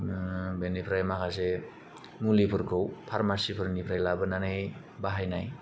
बिनिफ्राय माखासे मुलिफोरखौ फारमासिफोरनिफ्राय लाबोनानै बाहायनाय